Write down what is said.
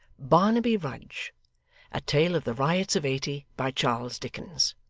barnaby rudge a tale of the riots of eighty by charles dickens